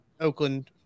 Oakland –